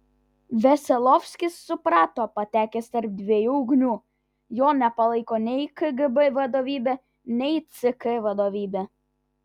veselovskis suprato patekęs tarp dviejų ugnių jo nepalaiko nei kgb vadovybė nei ck vadovybė